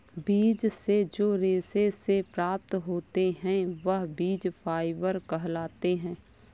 बीज से जो रेशे से प्राप्त होते हैं वह बीज फाइबर कहलाते हैं